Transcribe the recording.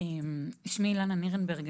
שמי אילנה נירנברג,